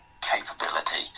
capability